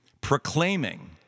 proclaiming